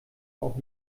auch